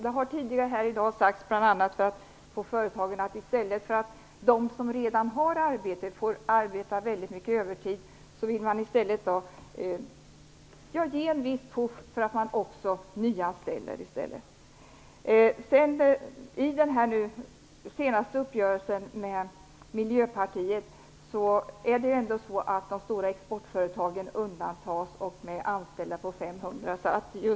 Det har tidigare i denna kammare sagts att man, i stället för att de människor som redan har arbete får arbeta mycket övertid, vill ge företagen en viss puff för att också nyanställa. Med den senaste uppgörelsen med Miljöpartiet är det ju ändå så att de stora exportföretagen och företag med minst 500 anställda undantags.